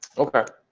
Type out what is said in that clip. okay,